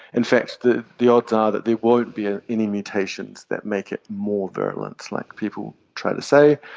in fact the the odds are that there won't be ah any mutations that make it more virulent, like people try to say.